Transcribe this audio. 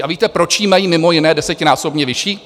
A víte, proč ji mají mimo jiné desetinásobně vyšší?